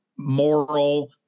moral